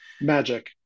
Magic